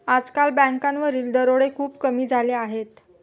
आजकाल बँकांवरील दरोडे खूप कमी झाले आहेत